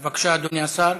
בבקשה, אדוני השר.